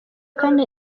kane